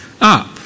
up